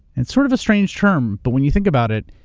it's sort of a strange term, but when you think about it,